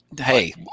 Hey